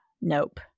nope